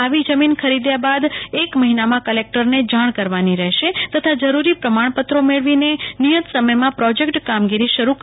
આવી જમીન ખરીદયા બાદ એક મહિનામાં કલેકટરને જાણ કરવાની રહેશે તથા જરૂરી પ્રમાણપત્રો મેળવીને નિયત સમયમાં પ્રોજેકટ કામગીરી શરૂ કરી શકાશે